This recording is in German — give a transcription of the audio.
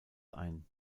ein